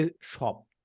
shop